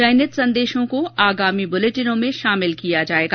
चयनित संदेशों को आगामी बुलेटिनों में शामिल किया जाएगा